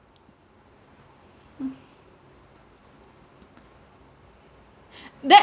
mm then